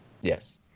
Yes